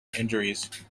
injuries